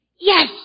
yes